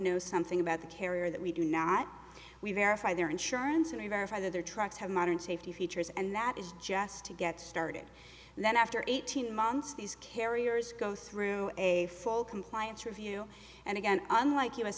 know something about the carrier that we do not we verify their insurance and verify that their trucks have modern safety features and that is just to get started and then after eighteen months these carriers go through a full compliance review and again unlike u